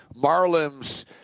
Marlins